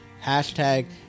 Hashtag